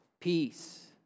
Peace